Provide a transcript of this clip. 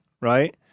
right